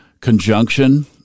conjunction